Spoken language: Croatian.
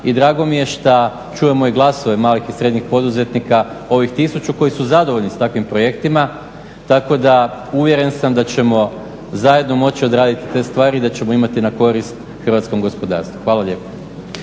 i drago mi je što čujemo i glasove malih i srednjih poduzetnika, ovih tisuću koji su zadovoljni s takvim projektima, tako da uvjeren sam da ćemo zajedno moći odraditi te stvari i da ćemo imati na koristi hrvatskom gospodarstvu. Hvala lijepo.